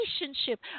relationship